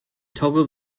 toggle